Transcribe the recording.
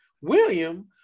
William